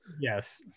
Yes